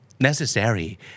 necessary